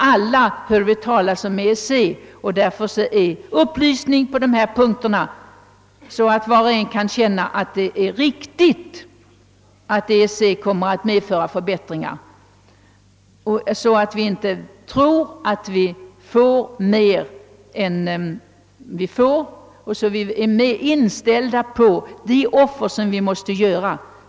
Alla hör vi dock talas om EEC men för att känna sig övertygad om riktigheten av påståendena, att en anslutning till EEC kommer att medföra förbättringar, måste man få veta mer. Vi får inte påstå att större fördelar väntar än vad som verkligen kommer oss till del vid en anslutning, och vi bör veta vilka offer som måste göras.